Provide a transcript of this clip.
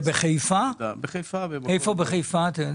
איפה בחיפה?